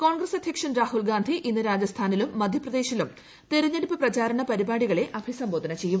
കോൺഗ്രസ് അധ്യക്ഷൻ രാഹുൽഗാന്ധി ഇന്ന് രാജസ്ഥാനിലും മധ്യപ്രദേശിലും തിരഞ്ഞെടുപ്പ് പ്രചാരണ പരിപാടികളെ അഭിസംബോധന ചെയ്യും